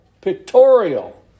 pictorial